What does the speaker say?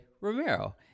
Romero